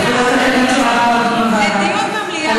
אני מציע, בתחילת הקדנציה הבאה לדון בוועדה.